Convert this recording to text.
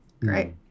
Great